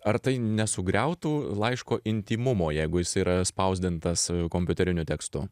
ar tai nesugriautų laiško intymumo jeigu jis yra spausdintas kompiuteriniu tekstu